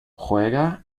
juega